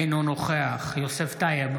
אינו נוכח יוסף טייב,